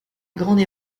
grande